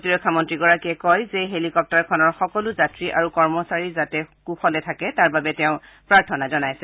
প্ৰতিৰক্ষামন্ত্ৰীগৰাকীয়ে কয় যে হেলিকপ্তাৰখনৰ সকলো যাত্ৰী আৰু কৰ্মচাৰী যাতে কুশলে থাকে তাৰ বাবে তেওঁ প্ৰাৰ্থনা জনাইছে